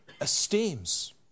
esteems